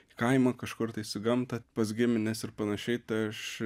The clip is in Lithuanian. į kaimą kažkur tais į gamtą pas gimines ir panašiai tai aš